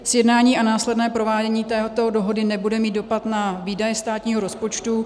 Sjednání a následné provádění této dohody nebude mít dopad na výdaje státního rozpočtu.